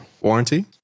warranty